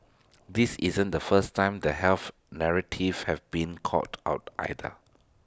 this isn't the first time the health narratives have been called out either